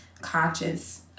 conscious